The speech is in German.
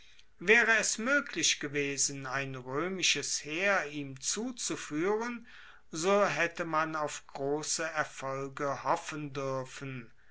waere es moeglich gewesen ein roemisches heer ihm zuzufuehren so haette man auf grosse erfolge hoffen duerfen